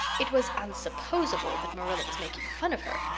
it was unsupposable that marilla was making fun of her,